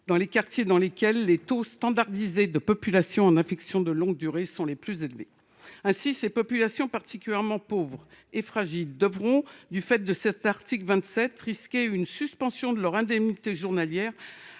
dans les quartiers dans lesquels les taux standardisés de population en affection de longue durée sont les plus élevés. » Ainsi, ces populations particulièrement pauvres et fragiles risqueront, du fait des dispositions de l’article 27, une suspension de leurs indemnités journalières,